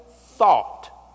thought